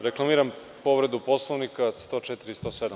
Reklamiram povredu Poslovnika, čl. 104. i 107.